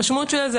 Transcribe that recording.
המשמעות של זה,